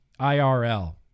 IRL